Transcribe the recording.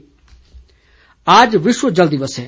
विश्व जल दिवस आज विश्व जल दिवस है